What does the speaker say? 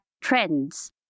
trends